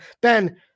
Ben